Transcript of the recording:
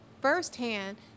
firsthand